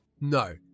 No